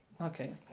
Okay